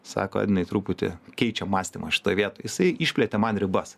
sako edvinai truputį keičiam mąstymą šitoj vietoj jisai išplėtė man ribas